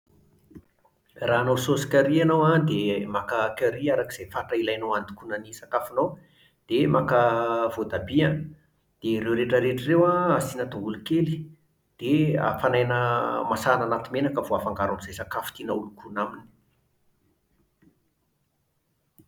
Raha hanao saosy curry ianao an, dia maka curry araka izay fatra ilainao handokoana ny sakafonao. Dia maka voatabia an, dia ireo rehetrarehetra ireo an asiana tongolo kely. Dia hafanaina masahana aty menaka vao afangaro amin'izay sakafo tianao holokoina aminy.